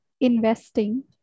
investing